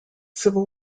civil